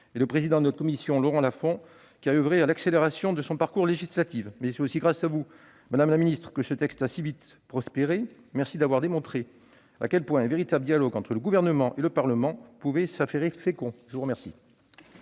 et le président de notre commission, Laurent Lafon, qui a oeuvré à l'accélération de son parcours législatif. Mais c'est aussi grâce à vous, madame la ministre, que ce texte a pu si vite prospérer. Merci d'avoir démontré à quel point un véritable dialogue entre le Gouvernement et le Parlement pouvait s'avérer fécond ! Très juste